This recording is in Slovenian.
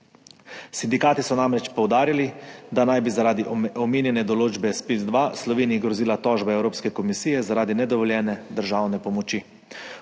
Sindikati so namreč poudarili, da naj bi zaradi omenjene določbe ZPIZ-2 Sloveniji grozila tožba Evropske komisije zaradi nedovoljene državne pomoči.